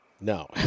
No